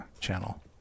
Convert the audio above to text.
channel